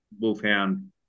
wolfhound